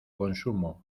consumo